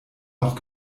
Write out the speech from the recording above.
noch